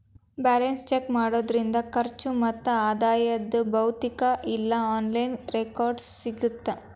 balance check ಮಾಡೋದ್ರಿಂದ ಖರ್ಚು ಮತ್ತ ಆದಾಯದ್ ಭೌತಿಕ ಇಲ್ಲಾ ಆನ್ಲೈನ್ ರೆಕಾರ್ಡ್ಸ್ ಸಿಗತ್ತಾ